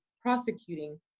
prosecuting